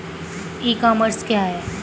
ई commerce क्या है?